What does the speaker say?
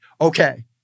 okay